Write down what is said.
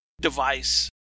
device